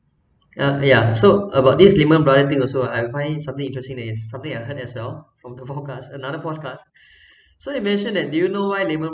uh yeah so about this lehman brothers thing also I'm finding something interesting that is something I heard as well from the podcast another podcast so it mentioned that do you know why lehman